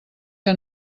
que